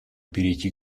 перейти